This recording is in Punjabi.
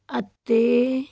ਅਤੇ